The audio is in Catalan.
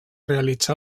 realitzar